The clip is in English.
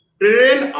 train